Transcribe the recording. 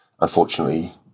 unfortunately